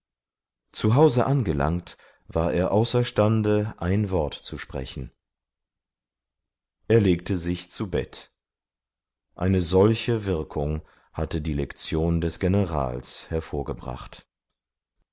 zu hause angelangt war er außerstande ein wort zu sprechen er legte sich zu bett eine solche wirkung hatte die lektion des generals hervorgebracht